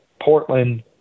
Portland